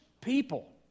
people